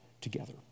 together